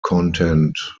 content